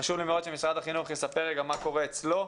חשוב לי מאוד שמשרד החינוך יספר מה קורה אצלו.